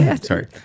Sorry